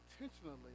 intentionally